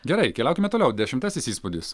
gerai keliaukime toliau dešimtasis įspūdis